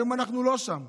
היום אנחנו לא שם.